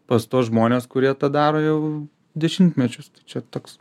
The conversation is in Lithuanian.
pas tuos žmones kurie tą daro jau dešimtmečius tai čia toks